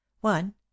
One